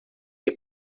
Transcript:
que